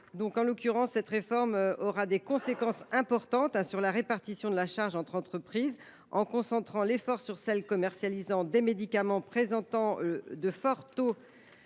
d’affaires. Cette réforme aura des conséquences importantes sur la répartition de la charge entre entreprises, en concentrant l’effort sur celles qui commercialisent des médicaments présentant de forts taux